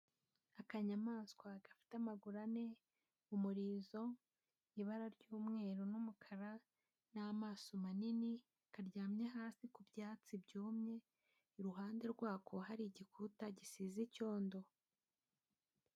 Akanyamaswa gafite amaguru ane, umurizo ni ibara ry'umweru n'umukara n'amaso manini, karyamye hasi ku byatsi byumye, iruhande rwako hari igikuta gisize icyondo.